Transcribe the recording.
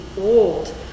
old